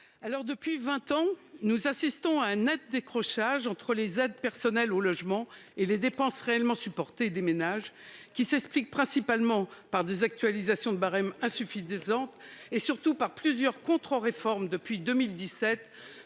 Depuis vingt ans, nous assistons à un net décrochage entre les aides personnelles au logement (APL) et les dépenses réellement supportées par les ménages. Cela s'explique principalement par des actualisations de barème insuffisantes et, surtout, par plusieurs contre-réformes menées depuis 2017,